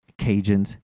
Cajuns